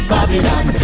Babylon